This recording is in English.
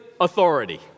authority